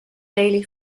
daily